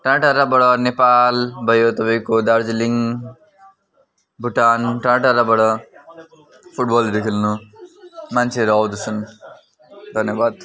टाड् टाडाबाट नेपाल भयो तपाईँको दार्जिलिङ भुटान टाडा टाडाबाट फुटबलहरू खेल्नु मान्छेहरू आउँदछन् धन्यवाद